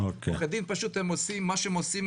עורכי הדין עושים מה שעושים,